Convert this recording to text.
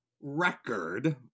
record